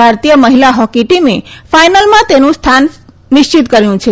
ભારતીય મહિલા હોકી ટીમે ફાઈનલમાં તેનું સ્થાન નિશ્ચિત કર્યું છે